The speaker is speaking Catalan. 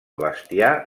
bestiar